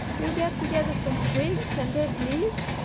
you get together some twigs and dead leaves,